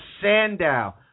Sandow